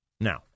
Now